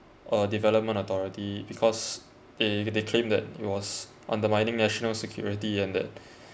uh development authority because they they claim that it was undermining national security and that